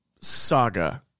saga